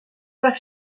pas